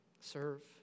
Serve